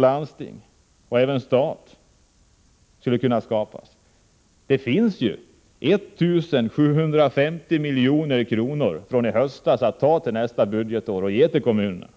landsting — och även statliga — skulle kunna skapas. Det finns ju 1 750 milj.kr. från i höstas att ta till nästa budgetår och ge till kommunerna.